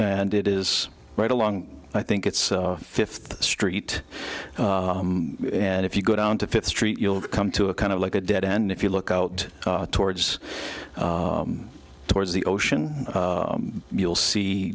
and it is right along i think it's fifth street and if you go down to fifth street you'll come to a kind of like a dead end if you look out towards towards the ocean you'll see